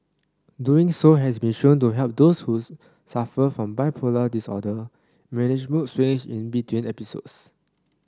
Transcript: doing so has been shown to help those whose suffer from bipolar disorder manage mood swings in between episodes